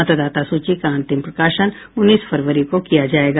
मतदाता सूची का अंतिम प्रकाशन उन्नीस फरवरी को किया जायेगा